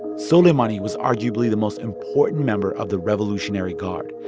soleimani was arguably the most important member of the revolutionary guard,